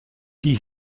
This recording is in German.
die